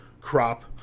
crop